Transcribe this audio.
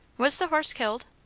was the horse killed?